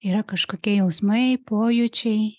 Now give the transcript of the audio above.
yra kažkokie jausmai pojūčiai